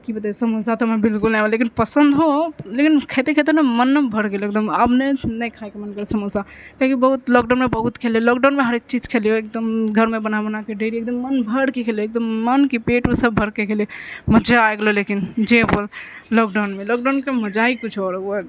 कि बतैए समोसा हमरा बिलकुल नहि आबे रहै लेकिन पसन्द हो लेकिन खाइते खाइते ने मन नहि एकदम भरि गेलो एकदम आब नहि खाएके मोन करै छै समोसा किआकि बहुत लॉकडाउनमे बहुत खेलिए लॉकडाउनमे हरेक चीज खेलिए एकदम घरमे बना बनाके डेली मन भरि गेलै एकदम मन कि पेटसँ भरिके गेले मजा आबि गेलै लेकिन जे हुए लॉकडाउनमे लॉकडाउनके मजा ही किछु आओर हो